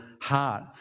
heart